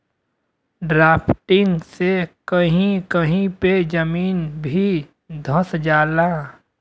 drafting से कही कही पे जमीन भी धंस जाला